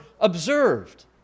observed